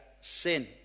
sin